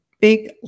big